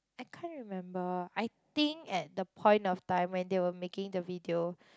I can't remember I think at the point of time when they were making the video